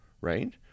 right